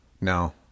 No